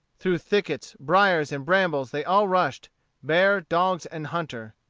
through thickets, briers, and brambles they all rushed bear, dogs, and hunter.